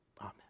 Amen